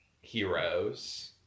heroes